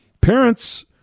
Parents